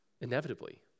inevitably